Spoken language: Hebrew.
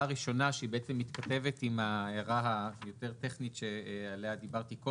אנחנו חושבים שבאופן הזה למעשה צמצמנו ומיקדנו את שיקול הדעת של השר,